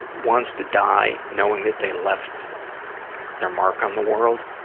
wants to die knowing that they left their mark on the world.